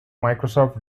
microsoft